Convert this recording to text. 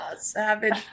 savage